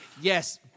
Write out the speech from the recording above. Yes